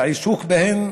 והעיסוק בהם